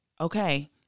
Okay